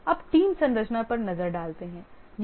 अब टीम संरचना पर नजर डालते हैं